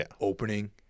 opening